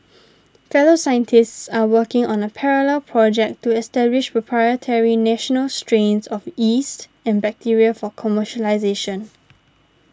fellow scientists are working on a parallel project to establish proprietary national strains of yeast and bacteria for commercialisation